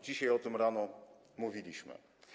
Dzisiaj o tym rano mówiliśmy.